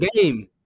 game